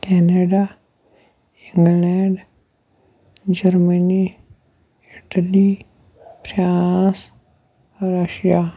Canada England Germany Italy France Russia